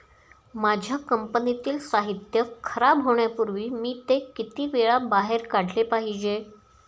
माझ्या कंपनीतील साहित्य खराब होण्यापूर्वी मी ते किती वेळा बाहेर काढले पाहिजे?